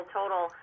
total